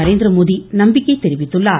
நரேந்திரமோடி நம்பிக்கை தெரிவித்திருக்கிறார்